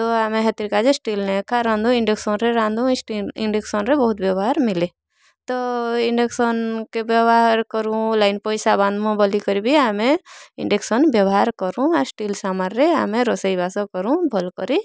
ତ ଆମେ ହେଥିର କାଜେ ଷ୍ଟିଲ୍ନେ ଏଖା ରାନ୍ଧୁ ଇଣ୍ଡକ୍ସନ୍ରେ ରାନ୍ଧୁ ଇଷ୍ଟି ଇଣ୍ଡକ୍ସନ୍ରେ ବହୁତ ବ୍ୟବହାର ମିଲେ ତ ଇଣ୍ଡକ୍ସନ୍କେ ବ୍ୟବହାର କରୁଁ ଲାଇନ୍ ପଇସା ବାନ୍ଧମୁ ବୋଲିକରି ବି ଆମେ ଇଣ୍ଡକ୍ସନ୍ ବ୍ୟବହାର କରୁଁ ଆର ଷ୍ଟିଲ୍ ସାମାରରେ ରୋଷେଇବାସ କରୁଁ ଭଲ କରି